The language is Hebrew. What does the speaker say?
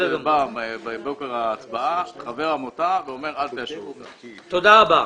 תודה רבה.